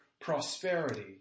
prosperity